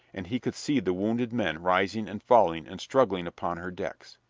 and he could see the wounded men rising and falling and struggling upon her decks.